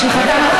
מה?